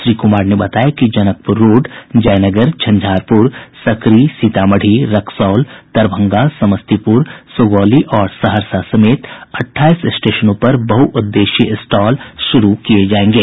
श्री कुमार ने बताया कि जनकपुर रोड जयनगर झंझारपुर सकरी सीतामढ़ी रक्सौल दरभंगा समस्तीपुर सुगौली और सहरसा समेत अट्ठाईस स्टेशनों पर बहुउद्देशीय स्टॉल शुरू किये जायेंगे